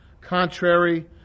contrary